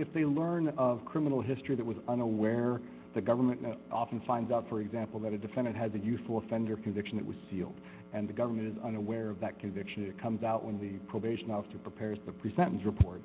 if they learn of criminal history that was unaware the government often finds out for example that a defendant has a youthful offender conviction that was sealed and the government is unaware of that conviction comes out when the probation after prepares the pre sentence report